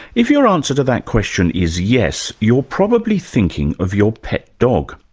if your answer to that question is yes, you're probably thinking of your pet dog.